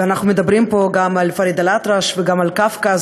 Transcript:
אנחנו מדברים פה גם על פריד אל-אטרש וגם על קפקא,